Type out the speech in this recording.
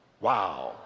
Wow